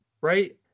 right